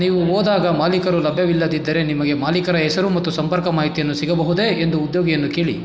ನೀವು ಹೋದಾಗ ಮಾಲೀಕರು ಲಭ್ಯವಿಲ್ಲದಿದ್ದರೆ ನಿಮಗೆ ಮಾಲೀಕರ ಹೆಸರು ಮತ್ತು ಸಂಪರ್ಕ ಮಾಹಿತಿಯನ್ನು ಸಿಗಬಹುದೇ ಎಂದು ಉದ್ಯೋಗಿಯನ್ನು ಕೇಳಿ